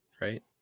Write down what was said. right